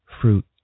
fruit